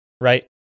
right